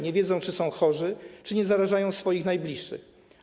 Nie wiedzą, czy są chorzy, czy nie zarażają swoich najbliższych.